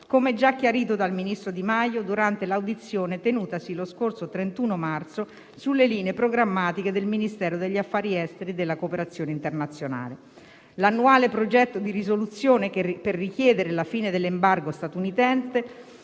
come già chiarito dal ministro Di Maio durante l'audizione tenutasi lo scorso 31 marzo sulle linee programmatiche del Ministero degli affari esteri e della cooperazione internazionale. L'annuale progetto di risoluzione per richiedere la fine dell'embargo statunitense